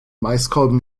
maiskolben